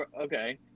Okay